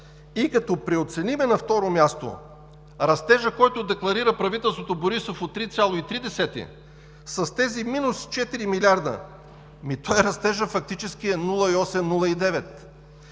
И като преоценим, на второ място, растежа, който декларира правителството Борисов от 3,3% с тези минус 4 млрд. лв., растежът фактически е 0,8